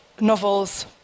novels